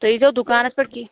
تُہۍ ییٖزیٚو دُکانَس پٮ۪ٹھ کِہۍ